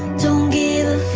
don't give